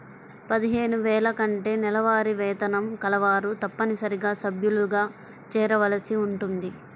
పదిహేను వేల కంటే నెలవారీ వేతనం కలవారు తప్పనిసరిగా సభ్యులుగా చేరవలసి ఉంటుంది